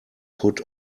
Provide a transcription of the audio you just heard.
put